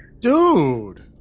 Dude